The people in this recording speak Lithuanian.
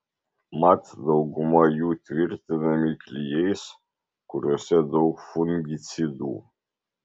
mat dauguma jų tvirtinami klijais kuriuose daug fungicidų